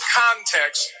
context